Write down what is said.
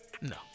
no